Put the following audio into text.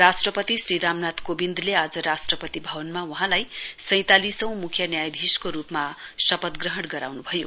राष्ट्रपति श्री राम नाथ कोविन्दले आज राष्ट्रपति भवनमा वहाँलाई सैतालिसौं मुख्य न्यायाधीशको रूपमा शपथ ग्रहण गराउन्भयो